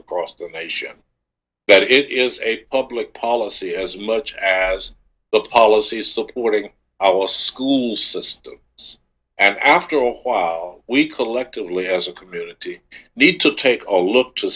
across the nation but it is a public policy as much as the policies supporting our school system and after a while we collectively as a community need to take a look to